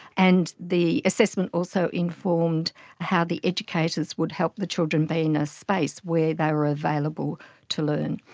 and the assessment also informed how the educators would help the children be in a space where they were available to learn.